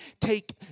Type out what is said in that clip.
take